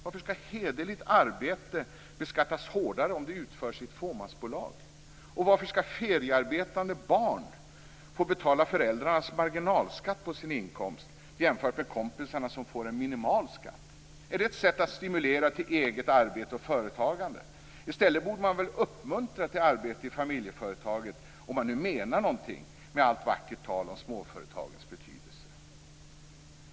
Varför skall hederligt arbete beskattas hårdare om det utförs i ett fåmansbolag? Varför skall feriearbetande barn få betala föräldrarnas marginalskatt på sin inkomst jämfört med kompisarna som får en minimal skatt? Är det ett sätt att stimulera till eget arbete och företagande? I stället borde man uppmunta till arbete i familjeföretaget, om man menar någonting med allt vackert tal om småföretagens betydelse.